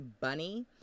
Bunny